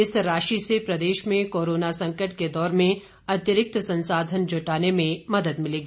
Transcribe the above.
इस राशि से प्रदेश में कोराना संकट के दौर में अतिरिक्त संसाधन जुटाने में मदद मिलेगी